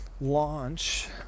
launch